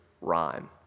rhyme